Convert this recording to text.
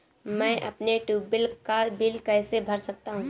मैं अपने ट्यूबवेल का बिल कैसे भर सकता हूँ?